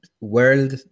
world